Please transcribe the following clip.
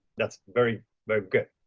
that's very, very good.